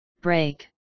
Break